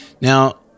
Now